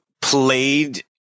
played